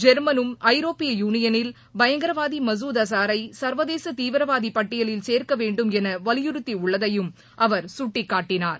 ஜெர்மனும் ஐரோப்பிய யூனியனில் பயங்கரவாதி மசூத் அசாரை சா்வதேச தீவிரவாதி பட்டியலில் சேர்க்க வேண்டும் என வலியுறுத்தி உள்ளதையும் அவர் சுட்டிக்காட்டினார்